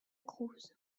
cruz